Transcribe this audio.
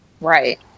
Right